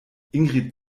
ingrid